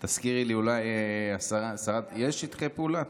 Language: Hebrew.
תזכירי לי אולי, השרה, יש שטחי פעולה?